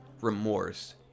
remorse